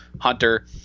Hunter